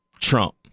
Trump